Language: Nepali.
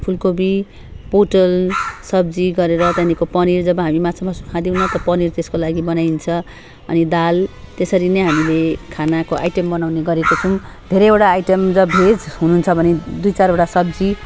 फुलकोपी पोटल सब्जी गरेर त्यहाँदेखिको पनिर जब हामी माछामासु खाँदैनौँ त पनिर त्यसको लागि बनाइन्छ अनि दाल त्यसरी नै हामीले खानाको आइटम बनाउने गरेको छौँ धेरैवटा आइटम र भेज हुनुहुन्छ भने दुई चारवटा सब्जी